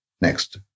Next